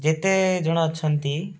ଯେତେଜଣ ଅଛନ୍ତି